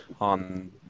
on